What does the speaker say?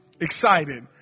excited